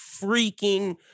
freaking